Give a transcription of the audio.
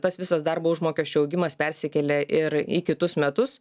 tas visas darbo užmokesčio augimas persikėlė ir į kitus metus